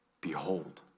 behold